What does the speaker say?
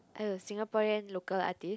oh Singaporean local artiste